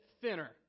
thinner